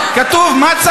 שכתוב, שהסעיף כתוב.